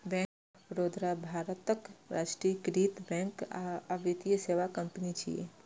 bank of Baroda भारतक राष्ट्रीयकृत bank आ वित्तीय सेवा कंपनी छियै